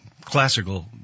classical